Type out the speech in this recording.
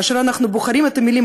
כאשר אנחנו בוחרים את המילים,